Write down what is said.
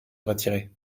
retirer